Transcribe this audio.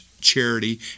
charity